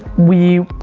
we,